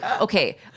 okay